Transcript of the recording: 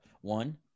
one